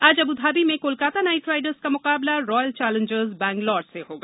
आज Abu Dhabi में Kolkata Knight Riders का मुकाबला रॉयल चेलेंजर्स बैंगलोर से होगा